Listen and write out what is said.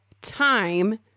time